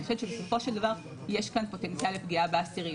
אני חושבת שבסופו של דבר יש כאן פוטנציאל לפגיעה באסירים.